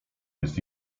jest